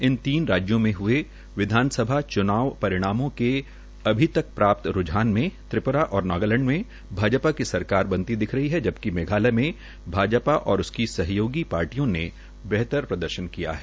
इन तीन राज्यों में हुए विधानसभा च्नाव परिणामों के अभी तक प्राप्त हुए रूझान में त्रिप्रा और नागालैंड में भाजपा की सरकार बनती दिख रही है जबकि मेघालय में भाजपा और उसकी सहयोगी पार्टियों ने बेहतर प्रदर्शन किया है